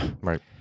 Right